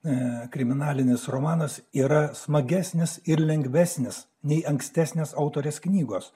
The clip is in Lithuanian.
ne kriminalinis romanas yra smagesnis ir lengvesnis nei ankstesnės autorės knygos